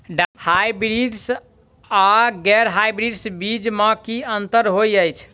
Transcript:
Hybrids आ गैर hybrids बीज म की अंतर होइ अछि?